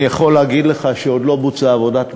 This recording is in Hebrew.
אני יכול להגיד לך שעוד לא בוצעה עבודת מטה,